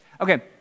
Okay